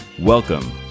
Welcome